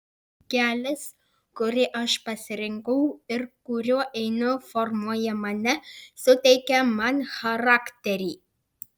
kelias kurį aš pasirinkau ir kuriuo einu formuoja mane suteikia man charakterį